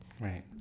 Right